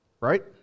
right